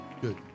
Good